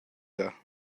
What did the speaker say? via